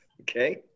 Okay